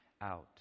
out